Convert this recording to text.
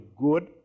good